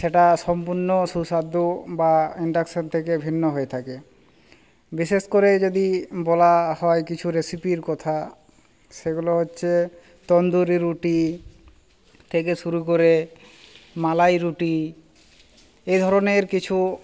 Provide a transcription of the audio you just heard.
সেটা সম্পূর্ণ সুস্বাদু বা ইন্ডাকশান থেকে ভিন্ন হয়ে থাকে বিশেষ করে যদি বলা হয় কিছু রেসিপির কথা সেগুলো হচ্ছে তন্দুরি রুটি থেকে শুরু করে মালাই রুটি এই ধরণের কিছু